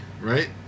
right